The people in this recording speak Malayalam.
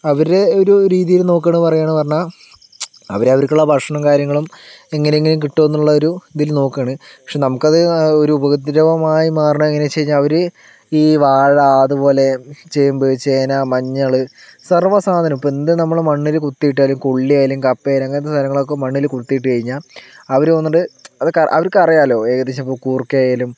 അവര് ഒരു രീതില് നോക്കുവാണ് എന്ന് പറയാന്ന് പറഞ്ഞാൽ അവർ അവർക്കുള്ള ഭക്ഷണവും കാര്യങ്ങളും എങ്ങനെങ്കിലും കിട്ടുമൊ എന്നുള്ളൊരു ഇതില് നോക്കുവാണ് പക്ഷെ നമുക്ക് അത് ഒരു ഉപദ്രവമായി മാറുന്നത് എങ്ങനെ എന്ന് വെച്ച് കഴിഞ്ഞാൽ അവര് ഈ വാഴ അതുപോലെ ചേമ്പ് ചേന മഞ്ഞള് സർവ സാധനം ഇപ്പം എന്ത് നമ്മള് മണ്ണിൽ കുത്തിയിട്ടാലും കൊള്ളിയായാലും കപ്പയായാലും പിന്നെ അങ്ങനത്തെ സാധങ്ങളൊക്കെ മണ്ണിൽ കുത്തിയിട്ട് കഴിഞ്ഞാൽ അവര് വന്നിട്ട് അത് അവർക്ക് അറിയാലോ ഏകദേശം ഇപ്പോൾ കൂർക്കയായാലും